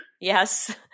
Yes